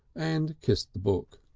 and kissed the book.